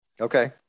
Okay